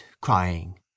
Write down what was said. crying